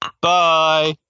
Bye